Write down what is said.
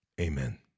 amen